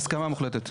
הסכמה מוחלטת.